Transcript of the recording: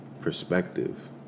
perspective